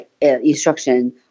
instruction